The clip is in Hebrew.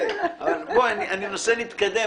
והתשובה היתה שזה הפער בין התיקופים